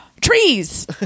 Trees